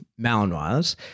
Malinois